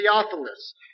Theophilus